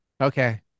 Okay